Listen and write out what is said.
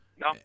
no